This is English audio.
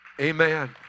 Amen